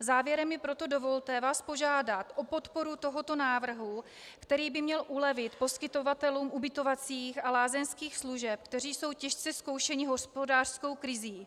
Závěrem mi proto dovolte vás požádat o podporu tohoto návrhu, který by měl ulevit poskytovatelům ubytovacích a lázeňských služeb, kteří jsou těžce zkoušeni hospodářskou krizí.